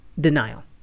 denial